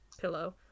pillow